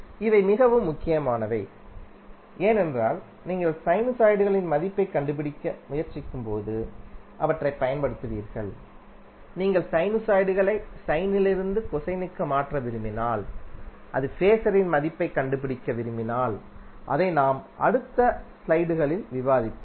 இவை மிகவும் முக்கியமானவை ஏனென்றால் நீங்கள் சைனுசாய்டுகளின் மதிப்பைக் கண்டுபிடிக்க முயற்சிக்கும்போது அவற்றைப் பயன்படுத்துவீர்கள் நீங்கள் சைனுசாய்டுகளை சைனிலிருந்து கொசைனுக்கு மாற்ற விரும்பினால் அல்லது ஃபேசரின் மதிப்பைக் கண்டுபிடிக்க விரும்பினால் அதை நாம் அடுத்த சில ஸ்லைடுகளில் விவாதிப்போம்